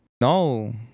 no